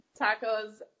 tacos